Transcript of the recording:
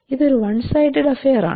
ഇത് ഒരു one sided affair ആണ്